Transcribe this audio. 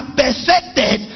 perfected